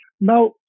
Now